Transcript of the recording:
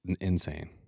insane